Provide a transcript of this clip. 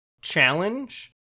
challenge